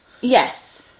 Yes